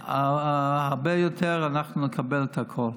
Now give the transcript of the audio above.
הרבה יותר אנחנו נקבל את הכול.